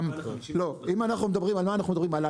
גם, לא, אם אנחנו מדברים, על מה אנחנו מדברים?